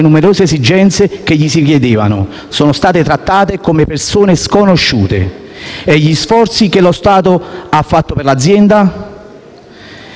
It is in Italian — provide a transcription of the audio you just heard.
numerose esigenze che gli si chiedevano, questi sono stati trattati come persone sconosciute. E gli sforzi che lo Stato ha fatto per l’azienda?